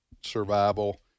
survival